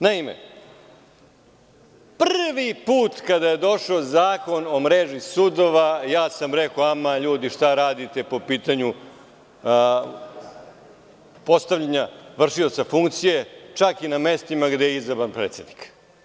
Naime, prvi put kada je došao Zakon o mreži sudova rekao sam – aman, ljudi, šta radite po pitanju postavljanja vršioca funkcije, čak i na mestima gde je izabran predsednik?